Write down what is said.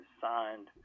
signed